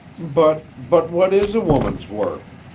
but but what is a woman's work?